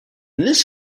this